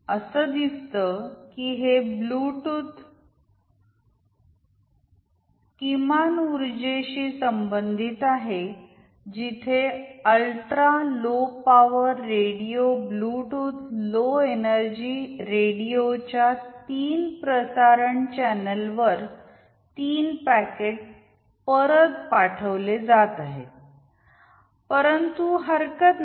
अस दिसत की हे ब्लूटूथ किमान उर्जेशी संबंधित आहे जिथे ultra low power radio Bluetooth low energy रेडिओच्या तीन प्रसारण चॅनेलवर तीन पॅकेट परत पाठविले जात आहेत परंतु हरकत नाही